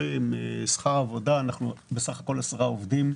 שכר עבודה אנחנו בסך הכול 10 עובדים,